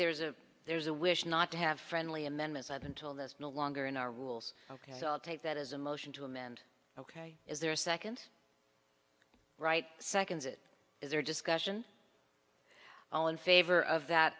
there's a there's a wish not to have friendly amendments up until this no longer in our rules ok i'll take that as a motion to amend ok is there a second right seconds it is there discussion all in favor of that